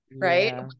Right